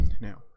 Now